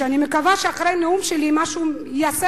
ואני מקווה שאחרי הנאום שלי משהו ייעשה